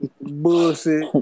Bullshit